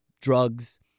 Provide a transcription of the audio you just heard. drugs